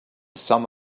some